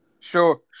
Sure